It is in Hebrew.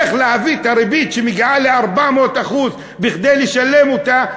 איך להביא את הריבית שמגיעה ל-400% כדי לשלם אותה,